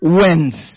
wins